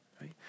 right